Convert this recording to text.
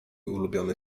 ulubiony